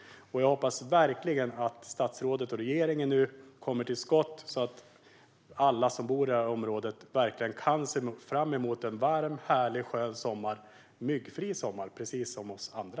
Jag hoppas verkligen att statsrådet och regeringen nu kommer till skott så att alla som bor i området kan se fram emot en varm, härlig och skön sommar - en myggfri sommar, precis som vi andra.